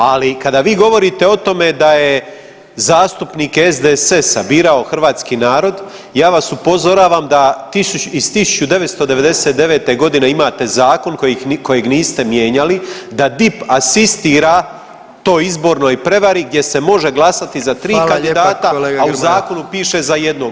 Ali kada vi govorite o tome da je zastupnike SDSS-a birao hrvatski narod ja vas upozoravam da iz 1999.g. imate zakon kojeg niste mijenjali da DIP asistira toj izbornoj prevari gdje se može glasati za tri kandidata, a u zakonu piše za jednog.